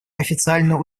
официально